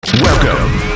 Welcome